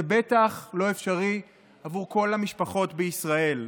זה בטח לא אפשרי עבור כל המשפחות בישראל.